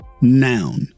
Noun